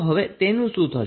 તો હવે શું થશે